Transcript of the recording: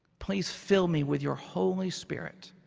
please fill me with your holy spirit